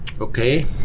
Okay